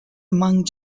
among